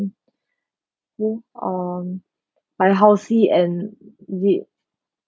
hmm um by halsey and with